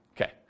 Okay